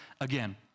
again